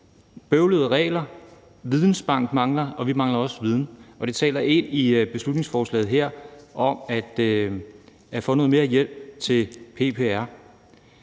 der mangler en vidensbank; og vi mangler også viden. Det taler ind i beslutningsforslaget her om at få noget mere hjælp til PPR.